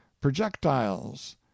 projectiles